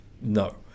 no